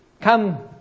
Come